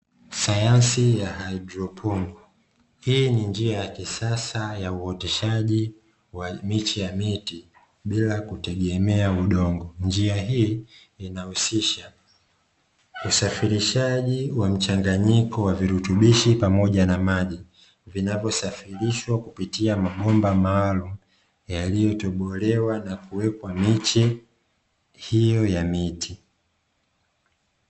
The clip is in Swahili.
Sayansi ya hydroponi hii ni njia ya kisasa ya uoteshaji wa miche ya miti bila kutegemea udongo, njia hii inahusisha usafirishaji wa mchanganyiko wa virutubishi pamoja na maji, vinavyosafirishwa kupitia mabomba maalumu yaliyotobolewa na kuwekwa miche hiyo ya miti.